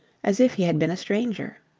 as if he had been a stranger.